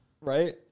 right